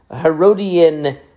Herodian